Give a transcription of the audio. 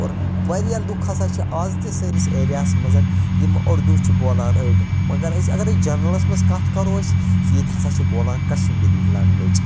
اور واریاہ لُکھ ہَسا چھِ آز تہِ سٲنِس ایریاہَس مَنٛز یِم اردوٗ چھِ بولان أڑۍ مگر أسۍ اگر أسۍ جَنرَلَس مَنٛز کَتھ کَرو أسۍ ییٚتہِ ہَسا چھِ بولان کَشمیٖری لینگویٚج